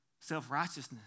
self-righteousness